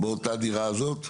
באותה דירה הזאת?